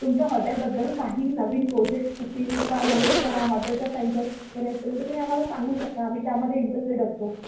तुमच्या हॉटेलबद्दल काही नवीन प्रोजेक्ट्स असतील किंवा नवीन हॉटेलच्या फ्रंचायज वगैरे असतील तर तुम्ही आम्हाला सांगू शकता आम्ही त्यामध्ये इंटरेस्टेड असतो